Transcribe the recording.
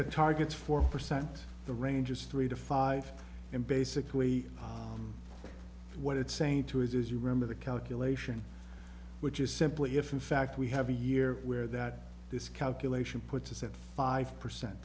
the targets four percent the range is three to five and basically what it's saying to is is you remember the calculation which is simply if in fact we have a year where that this calculation puts us at five percent